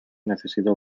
necesito